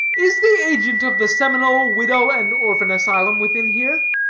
is the agent of the seminole widow and orphan asylum within here?